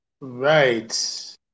Right